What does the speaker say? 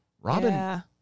Robin